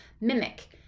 mimic